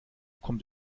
kommt